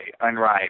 unripe